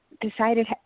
decided